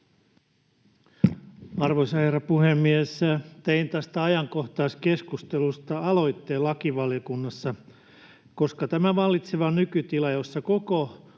Arvoisa herra puhemies! Tein tästä ajankohtaiskeskustelusta aloitteen lakivaliokunnassa, koska tämä vallitseva nykytila, jossa koko